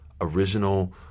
original